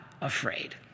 afraid